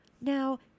Now